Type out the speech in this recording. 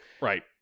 Right